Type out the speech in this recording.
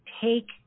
Take